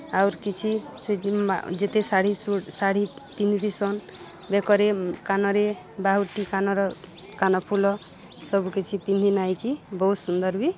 ଆଉର୍ କିଛି ସେ ଯେତେ ଶାଢ଼ୀ ଶାଢ଼ୀ ପିନ୍ଧିଥିସନ୍ ବେକରେ କାନରେ ବାହୁଟି କାନର କାନଫୁଲ ସବୁକିଛି ପିନ୍ଧି ନାଇକି ବହୁତ୍ ସୁନ୍ଦର୍ ବି